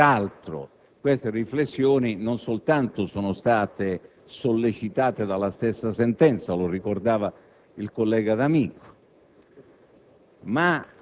non soltanto un atto cui rivolgerci con l'obbedienza,